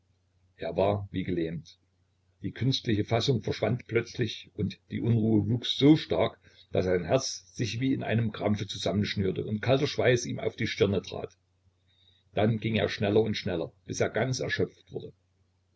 er war wie gelähmt die künstliche fassung verschwand plötzlich und die unruhe wuchs so stark daß sein herz sich wie in einem krampfe zusammenschnürte und kalter schweiß ihm auf die stirne trat dann ging er schneller und schneller bis er ganz erschöpft wurde